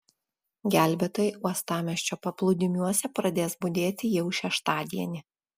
gelbėtojai uostamiesčio paplūdimiuose pradės budėti jau šeštadienį